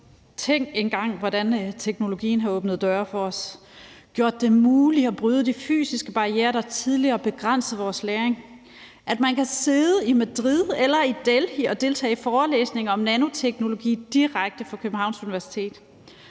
Tænk engang, hvordan teknologien har åbnet døre for os og gjort det muligt at bryde de fysiske barrierer, der tidligere begrænsede vores læring, altså at man kan sidde i Madrid eller i Delhi og deltage i forelæsninger om nanoteknologi direkte fra Københavns Universitet.